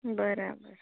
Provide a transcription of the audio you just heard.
બરાબર